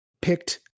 picked